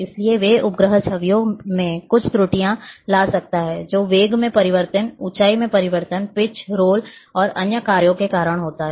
इसलिए वे उपग्रह छवियों में कुछ त्रुटियां ला सकते हैं जो वेग में परिवर्तन ऊंचाई में परिवर्तन पिच रोल और अन्य कार्यों के कारण हो सकता है